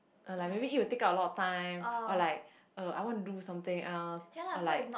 uh like maybe it will take up a lot of time or like er I wanna do something else or like